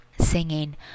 singing